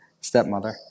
stepmother